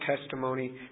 testimony